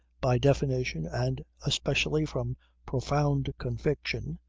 by definition and especially from profound conviction,